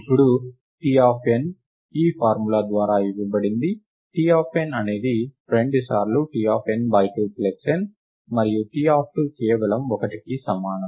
ఇప్పుడు Tn ఈ formula ద్వారా ఇవ్వబడింది Tn అనేది రెండు సార్లు Tn2n మరియు T2 కేవలం 1కి సమానం